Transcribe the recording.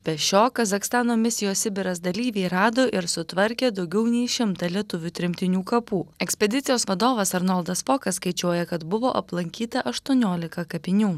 be šio kazachstano misijos sibiras dalyviai rado ir sutvarkė daugiau nei šimtą lietuvių tremtinių kapų ekspedicijos vadovas arnoldas fokas skaičiuoja kad buvo aplankyta aštuoniolika kapinių